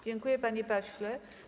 Dziękuję, panie pośle.